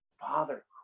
father